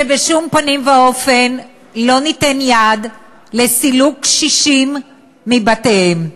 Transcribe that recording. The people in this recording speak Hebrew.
שבשום פנים ואופן לא ניתן יד לסילוק קשישים מבתיהם.